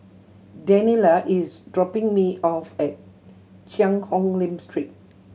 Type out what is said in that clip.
Daniella is dropping me off at Cheang Hong Lim Street